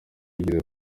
yigeze